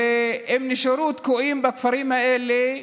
הם נשארו תקועים בכפרים האלה,